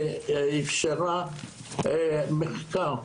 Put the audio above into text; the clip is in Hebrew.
ואפשרה מחקר.